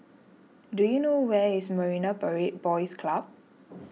do you know where is Marine Parade Boys Club